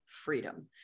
freedom